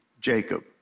Jacob